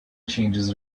changes